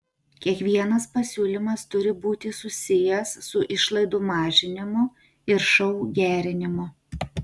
kiekvienas pasiūlymas turi būti susijęs su išlaidų mažinimu ir šou gerinimu